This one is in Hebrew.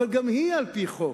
אבל גם היא על-פי חוק.